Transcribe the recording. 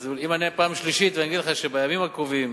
אז אענה פעם שלישית ואגיד לך שבימים הקרובים